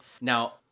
Now